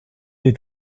est